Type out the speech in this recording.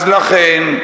אז לכן,